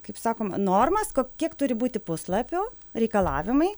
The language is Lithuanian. kaip sakoma normas kok kiek turi būti puslapių reikalavimai